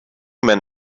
men